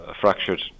fractured